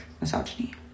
misogyny